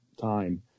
time